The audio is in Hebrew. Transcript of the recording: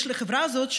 יש לחברה הזאת,